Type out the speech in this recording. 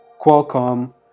Qualcomm